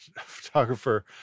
photographer